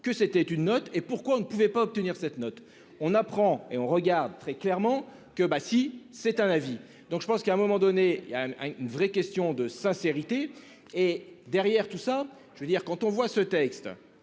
que c'était une note et pourquoi on ne pouvait pas obtenir cette note on apprend et on regarde très clairement que bah si c'est un avis, donc je pense qu'à un moment donné il y a une vraie question de sincérité et derrière tout ça, je veux dire quand on voit ce texte.